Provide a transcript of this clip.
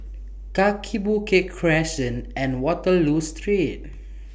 Kaki Bukit Crescent and Waterloo Street